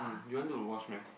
you want to watch meh